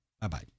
Bye-bye